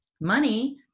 money